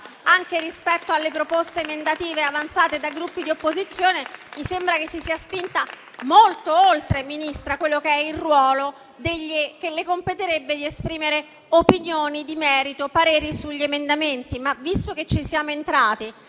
anche rispetto alle proposte emendative avanzate dai Gruppi di opposizione. Mi sembra che si sia spinta molto oltre quello che è il ruolo che le competerebbe, ossia di esprimere opinioni di merito e pareri sugli emendamenti. Visto che ci siamo entrati,